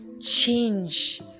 change